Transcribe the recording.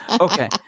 Okay